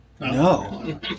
No